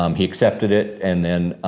um he accepted it and then